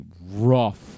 rough